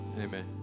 amen